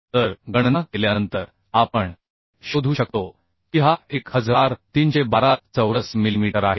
तर गणना केल्यानंतर आपण शोधू शकतो की हा 1312 चौरस मिलीमीटर आहे